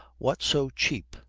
what so cheap,